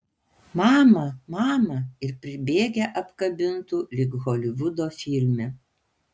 mama mama ir pribėgę apkabintų lyg holivudo filme